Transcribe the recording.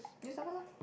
you start first ah